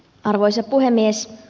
arvoisa puhemies